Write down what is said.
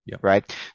right